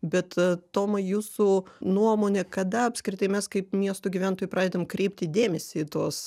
bet toma jūsų nuomone kada apskritai mes kaip miesto gyventojai pradedam kreipti dėmesį į tuos